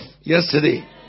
yesterday